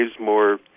more